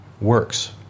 works